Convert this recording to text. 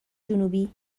جنوبی